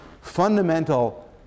fundamental